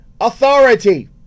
authority